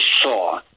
saw